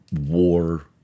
war